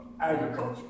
agriculture